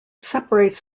separates